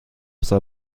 soll